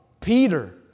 Peter